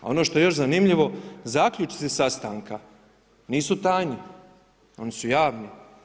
Ono što je još zanimljivo zaključci sastanka nisu tajni, oni su javni.